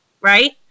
right